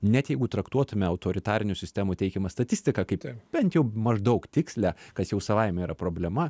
net jeigu traktuotume autoritarinių sistemų teikiamą statistiką kaip bent jau maždaug tikslią kas jau savaime yra problema